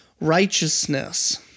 righteousness